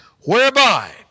whereby